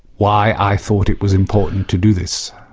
why i thought it was important to do this.